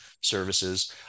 services